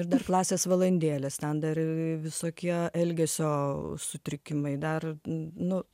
ir dar klasės valandėlės ten dar ir visokie elgesio sutrikimai dar nu